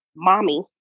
mommy